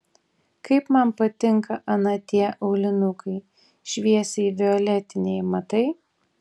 kaip man patinka ana tie aulinukai šviesiai violetiniai matai